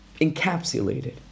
encapsulated